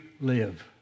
live